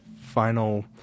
final